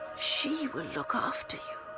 she will look ah after you.